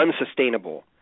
unsustainable